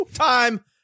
Time